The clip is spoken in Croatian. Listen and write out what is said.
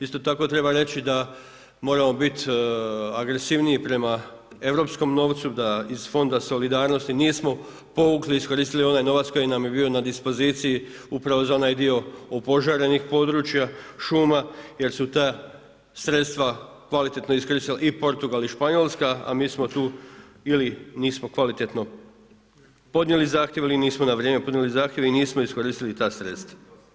Isto tako treba reći da moramo bit agresivniji prema europskom novcu, da iz Fonda solidarnosti nismo povukli, iskoristili onaj novac koji nam je bio na dispoziciji upravo za onaj dio opožarenih područja, šuma jer su ta sredstva kvalitetno iskoristili i Portugal i Španjolska, a mi smo tu ili nismo kvalitetno podnijeli zahtjev ili nismo na vrijeme podnijeli zahtjev i nismo iskoristili ta sredstva.